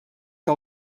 que